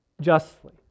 justly